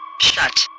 Shut